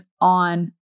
on